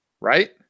right